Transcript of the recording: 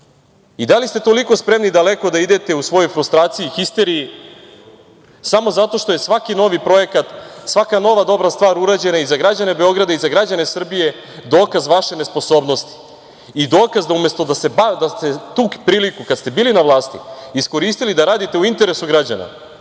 i da li ste toliko spremni daleko da idete u svojoj frustraciji i histeriji samo zato što je svaki novi projekat, svaka nova dobra stvar urađena i za građane Beograda i za građane Srbije dokaz vaše nesposobnosti i dokaz da umesto da se tu priliku kada ste bili na vlasti iskoristili da radite u interesu građana,